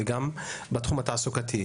וגם בתחום התעסוקתי.